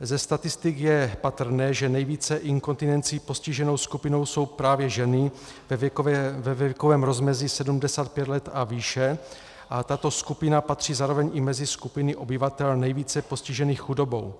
Ze statistik je patrné, že nejvíce inkontinencí postiženou skupinou jsou právě ženy ve věkovém rozmezí 75 let a výše, a tato skupina patří zároveň i mezi skupiny obyvatel nejvíce postižených chudobou.